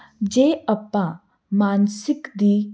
ਜੇ ਆਪਾਂ ਮਾਨਸਿਕ ਦੀ